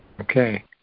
Okay